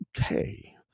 Okay